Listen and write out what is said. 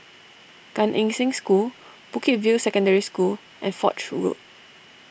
Gan Eng Seng School Bukit View Secondary School and Foch Road